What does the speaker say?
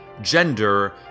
gender